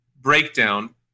breakdown